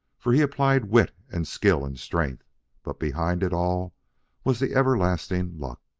for he applied wit and skill and strength but behind it all was the everlasting luck,